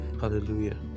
Hallelujah